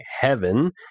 heaven